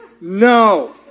No